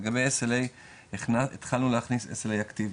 לגבי SLA התחלנו להכניס SLA אקטיבי,